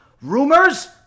rumors